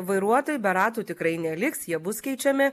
vairuotojai be ratų tikrai neliks jie bus keičiami